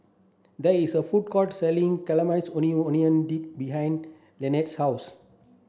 there is a food court selling Caramelized Maui Onion Dip behind Leeann's house